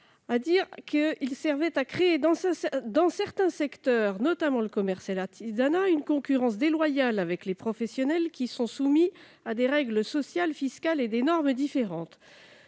conduisait « à créer dans certains secteurs, notamment le commerce et l'artisanat, une concurrence déloyale avec les professionnels qui sont soumis à des règles sociales, fiscales, et des normes différentes